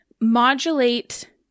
modulate